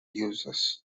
uses